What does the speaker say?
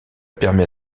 permet